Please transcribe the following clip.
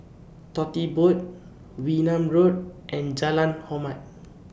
Tote Board Wee Nam Road and Jalan Hormat